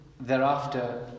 thereafter